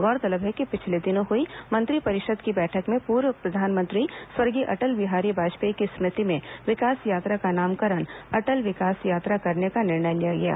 गौरतलब है कि पिछले दिनों हुई मंत्रिपरिषद की बैठक में पूर्व प्रधानमंत्री स्वर्गीय अटल बिहारी वाजपेयी की स्मृति में विकास यात्रा का नामकरण अटल विकास यात्रा करने का निर्णय लिया गया था